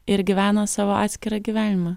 ir gyvena savo atskirą gyvenimą